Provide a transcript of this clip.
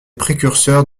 précurseurs